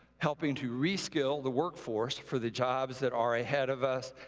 helping to reskill the workforce for the jobs that are ahead of us,